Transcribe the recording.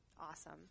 awesome